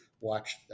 watch